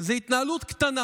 זו התנהלות קטנה,